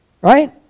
Right